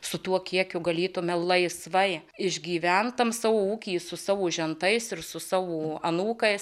su tuo kiekiu galėtumėme laisvai išgyvent tam savo ūkį su savo žentais ir su savo anūkais